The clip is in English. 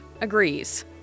agrees